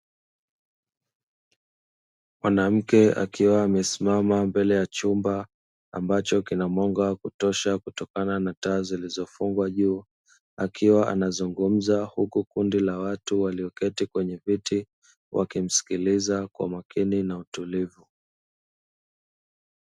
Mwanamke akiwa amesimama mbele ya chumba ambacho kina mwanga wa kutosha kutokana na taa zilizofungwa juu, akiwa anazungumza huku kundi la watu walioketi kwenye viti wakimsikiliza kwa umakini na utulivu.